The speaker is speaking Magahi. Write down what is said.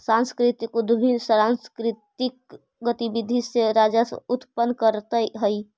सांस्कृतिक उद्यमी सांकृतिक गतिविधि से राजस्व उत्पन्न करतअ हई